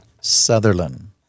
Sutherland